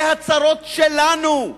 אלה הצרות שלנו.